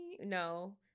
no